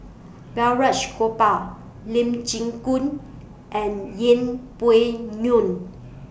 Balraj Gopal Lee Chin Koon and Yeng Pway Ngon